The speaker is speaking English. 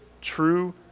true